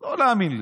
לא להאמין לי,